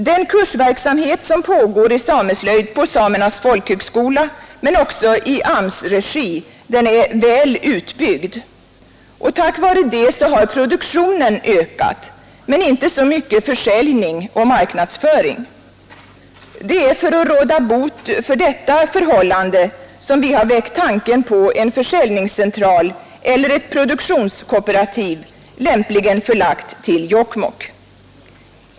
Den kursverksamhet i sameslöjd som pågår på Samernas folkhögskola men också i AMS-regi är väl utbyggd. Tack vare detta har produktionen ökat, men inte så mycket försäljning och marknadsföring. Det är för att råda bot på detta förhållande som vi har väckt tanken på en försäljningscentral eller ett produktionskooperativ, lämpligen förlagt till Jokkmokk.